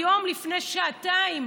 היום לפני שעתיים,